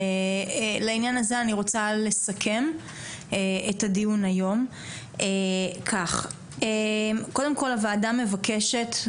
ולעניין הזה אני רוצה לסכם את הדיון היום כך: קודם כל הוועדה מבקשת,